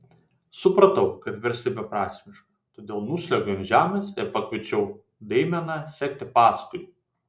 supratau kad versti beprasmiška todėl nusliuogiau ant žemės ir pakviečiau deimeną sekti paskui